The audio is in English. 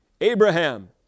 Abraham